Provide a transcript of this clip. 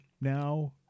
now